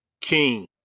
king